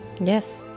Yes